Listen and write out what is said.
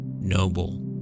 noble